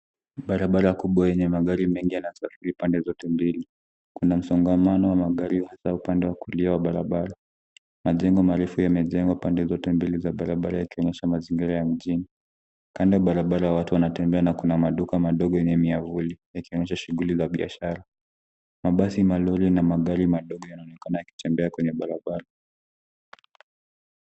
Barabara kubwa yenye magari yakiendelea kusafiri pande zote mbili. Kuna msongamano wa magari yanayosafiri upande wa kuingia katika barabara hiyo. Mazingira marufu yamejengwa pande zote mbili za barabara, yakiwemo mashamba, zingine zikiwa za mjini. Kando ya barabara, watu wanatembea na kuna maduka madogo yenye miavuli, ambapo baadhi ya watu wanashughulika na biashara. Mabasi, malori na magari madogo yanaonekana yakipita kwenye barabara.